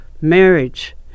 marriage